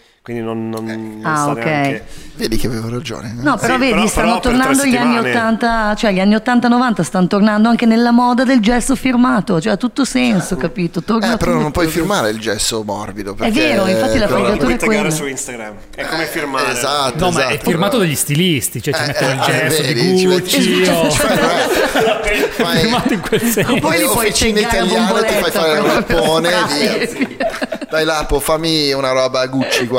Quindi non- non- Eh. non Ah, sa neanche- ok. Vedi che avevo ragione, eh. No, però Sì, vedi, però- stanno però per tre tornando gli anni settimane. 80- cioè, gli anni 80, 90 stanno tornando anche nella moda del gesso firmato, cioè, ha tutto senso, Certo. capito? Eh, Torna però tutto. non puoi firmare il gesso morbido, È vero, infatti perché- la Allora, fregatura puoi è taggare quella. su Instagram. È come Eh, firmare. esatto, No, ma è esatto. firmato dagli stilisti, cioè, ci Eh, mettono il eh, gesso di vedi, ci metti- Gucci, Esatto. oh. Fai- vai. Firmato in quel senso. Oppure Fai li puoi officine taggare a italiane, ti fai bomboletta fare il proprio. lappone, Dai. e via. Dai, Lapo, fammi una roba Gucci qua.